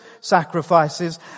sacrifices